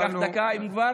אני אקח דקה, אם כבר?